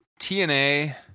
TNA